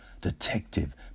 Detective